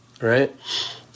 right